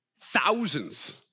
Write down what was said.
thousands